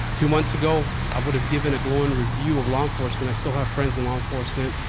two months ago i would have given a glowing review of law enforcement. i still have friends in law enforcement.